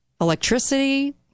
electricity